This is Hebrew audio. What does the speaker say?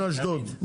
מאשדוד.